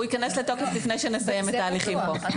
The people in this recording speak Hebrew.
הוא ייכנס לתוקף לפני שנסיים את ההליכים פה.